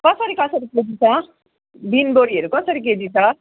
कसरी कसरी केजी छ बिन बोडीहरू कसरी केजी छ